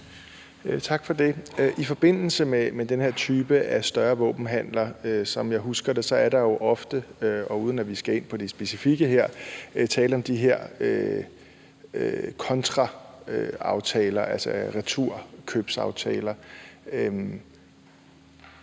Tak for det. I forbindelse med den her type af større våbenhandler, som jeg husker det, uden at vi skal komme ind på det specifikke her, er der jo ofte tale om de her kontraaftaler, altså returkøbsaftaler.